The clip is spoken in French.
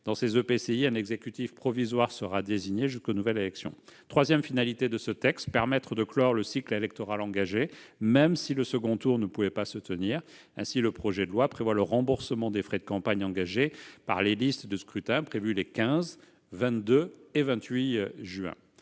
Dans ces EPCI, un exécutif provisoire sera désigné jusqu'aux nouvelles élections. Troisième finalité de ce texte : permettre la clôture du cycle électoral engagé, y compris si le second tour ne pouvait pas se tenir. Ainsi, le projet de loi prévoit le remboursement des frais de campagne engagés par les listes au titre des scrutins prévus les 15 et 22 mars